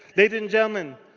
ladies and gentlemen,